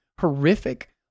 horrific